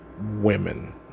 women